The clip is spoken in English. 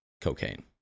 cocaine